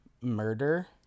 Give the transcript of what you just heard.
Murder